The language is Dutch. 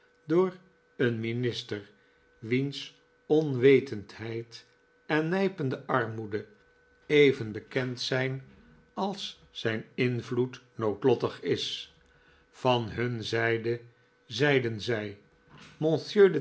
door een minister wiens onwetendheid en nijpende armoede even bekend zijn als zijn invloed noodlottig is van hun zijde zeiden zij